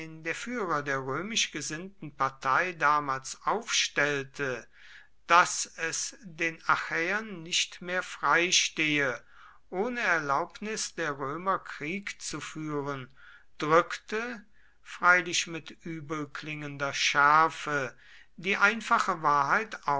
der führer der römisch gesinnten partei damals aufstellte daß es den achäern nicht mehr freistehe ohne erlaubnis der römer krieg zu führen drückte freilich mit übelklingender schärfe die einfache wahrheit